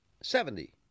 seventy